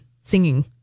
singing